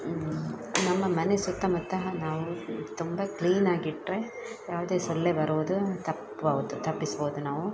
ನಮ್ಮ ಮನೆ ಸುತ್ತಮುತ್ತ ನಾವು ತುಂಬ ಕ್ಲೀನಾಗಿಟ್ಟರೆ ಯಾವ್ದೇ ಸೊಳ್ಳೆ ಬರುವುದು ತಪ್ಬೌದು ತಪ್ಪಿಸ್ಬೌದು ನಾವು